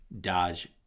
Dodge